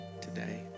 today